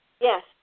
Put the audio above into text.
Yes